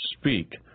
Speak